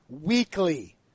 weekly